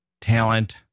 talent